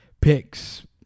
picks